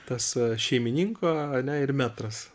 tas šeimininko ane ir metras